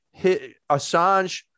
Assange